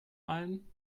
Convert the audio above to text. allen